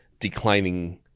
declining